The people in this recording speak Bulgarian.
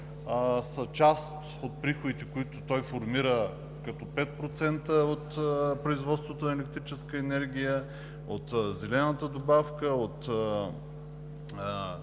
част са от приходите, които той формира, като 5% са от производството на електрическа енергия, от зелената добавка, от